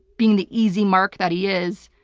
being the easy mark that he is,